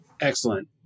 Excellent